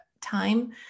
time